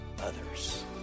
others